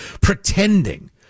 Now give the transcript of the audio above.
pretending